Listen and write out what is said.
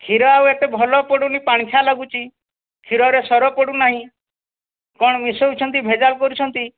କ୍ଷୀର ଆଉ ଏତେ ଭଲ ପଡ଼ୁନି ପାଣିଚିଆ ଲାଗୁଛି କ୍ଷୀରରେ ସର ପଡ଼ୁନାହିଁ କ'ଣ ମିଶାଉଛନ୍ତି ଭେଜାଲ୍ କରୁଛନ୍ତି